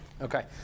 Okay